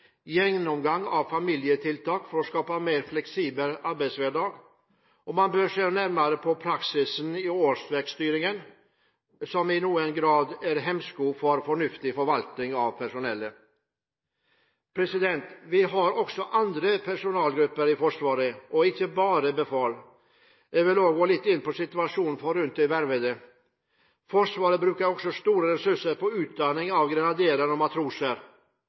arbeidshverdag, og man bør se nærmere på praksisen i årsverkstyringen, som i noen grad er en hemsko for fornuftig forvaltning av personell. Vi har også andre personellgrupper i Forsvaret, ikke bare befal. Jeg vil gå litt inn på situasjonen rundt de vervede. Forsvaret bruker store ressurser på utdanning av grenaderer og matroser.